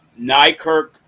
Nykirk